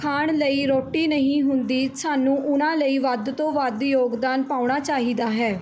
ਖਾਣ ਲਈ ਰੋਟੀ ਨਹੀਂ ਹੁੰਦੀ ਸਾਨੂੰ ਉਨ੍ਹਾਂ ਲਈ ਵੱਧ ਤੋਂ ਵੱਧ ਯੋਗਦਾਨ ਪਾਉਣਾ ਚਾਹੀਦਾ ਹੈ